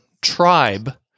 tribe